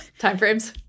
timeframes